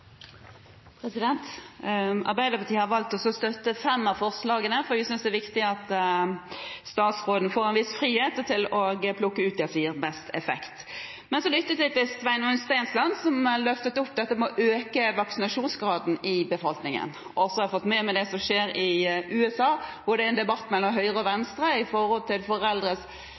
viktig at statsråden får en viss frihet til å plukke ut det som gir best effekt. Men så lyttet jeg til Sveinung Stensland, som løftet opp dette med å øke vaksinasjonsgraden i befolkningen, og jeg har fått med meg det som skjer i USA, hvor det er en debatt mellom høyre og